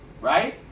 Right